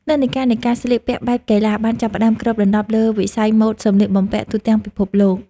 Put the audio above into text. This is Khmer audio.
និន្នាការនៃការស្លៀកពាក់បែបកីឡាបានចាប់ផ្តើមគ្របដណ្តប់លើវិស័យម៉ូដសម្លៀកបំពាក់ទូទាំងពិភពលោក។